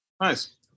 Nice